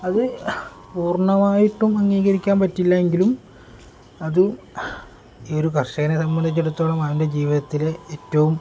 അത് പൂർണ്ണമായിട്ടും അംഗീകരിക്കാൻ പറ്റില്ലെങ്കിലും അത് ഈ ഒരു കർഷകനെ സംബന്ധിച്ചടത്തോളം അവൻ്റെ ജീവിതത്തിലെ ഏറ്റവും